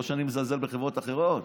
לא שאני מזלזל בחברות אחרות,